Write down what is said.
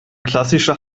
klassischer